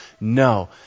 no